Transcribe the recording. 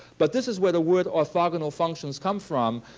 but this is where the word orthogonal functions come from.